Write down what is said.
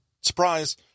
surprise